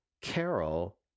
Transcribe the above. Carol